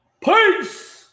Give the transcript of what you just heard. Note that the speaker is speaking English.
Peace